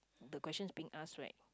the questions being ask right